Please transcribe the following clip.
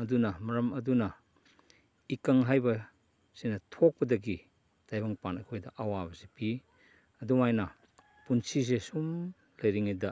ꯑꯗꯨꯅ ꯃꯔꯝ ꯑꯗꯨꯅ ꯏꯀꯪ ꯍꯥꯏꯕ ꯁꯤꯅ ꯊꯣꯛꯄꯗꯒꯤ ꯇꯥꯏꯕꯪꯄꯥꯟ ꯑꯩꯈꯣꯏꯗ ꯑꯋꯥꯕꯁꯦ ꯄꯤ ꯑꯗꯨꯃꯥꯏꯅ ꯄꯨꯟꯁꯤꯁꯦ ꯁꯨꯝ ꯂꯩꯔꯤꯉꯩꯗ